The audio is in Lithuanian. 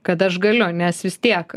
kad aš galiu nes vis tiek